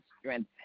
strength